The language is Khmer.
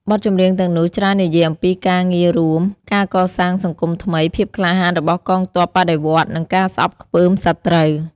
បទចម្រៀងទាំងនោះច្រើននិយាយអំពីការងាររួម ការកសាងសង្គមថ្មី ភាពក្លាហានរបស់កងទ័ពបដិវត្តន៍ និងការស្អប់ខ្ពើមសត្រូវ។